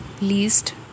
least